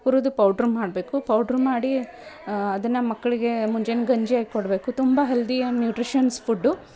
ಹುರಿದು ಪೌಡ್ರ್ ಮಾಡಬೇಕು ಪೌಡ್ರು ಮಾಡೀ ಅದನ್ನು ಮಕ್ಕಳಿಗೇ ಮುಂಜಾನೆ ಗಂಜಿ ಆಗಿ ಕೊಡಬೇಕು ತುಂಬ ಹೆಲ್ದಿ ಆ್ಯಂಡ್ ನ್ಯೂಟ್ರಿಷಿಯನ್ಸ್ ಫುಡ್ಡು